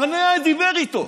ברנע דיבר איתו.